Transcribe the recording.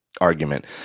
argument